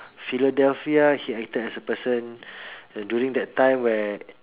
Philadelphia he acted as a person during that time where